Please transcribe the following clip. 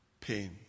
pain